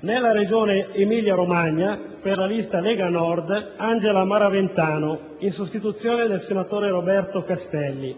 nella Regione Emilia-Romagna, per la lista "Lega Nord", Angela Maraventano, in sostituzione del senatore Roberto Castelli;